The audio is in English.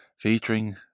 featuring